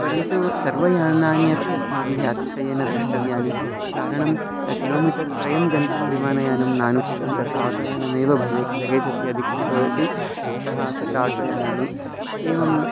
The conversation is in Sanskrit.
परन्तु सर्वयानानि अपि अस्माभिः अतिशयेन दृष्टव्यानि कारणं किलोमीटर् त्रयं गन्तुं विमानयानं नानुकूलं तथा आटो यानमेव भवेत् लगेज् अपि अधिकं भवति अतः तत्र आटो यानानि एवं